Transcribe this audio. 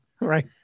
right